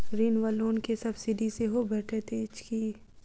ऋण वा लोन केँ सब्सिडी सेहो भेटइत अछि की?